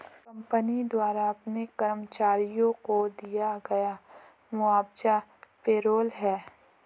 company द्वारा अपने कर्मचारियों को दिया गया मुआवजा पेरोल है